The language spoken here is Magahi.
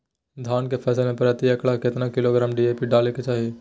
धान के फसल में प्रति एकड़ कितना किलोग्राम डी.ए.पी डाले के चाहिए?